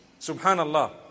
Subhanallah